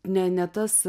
ne ne tas